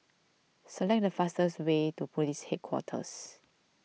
select the fastest way to Police Headquarters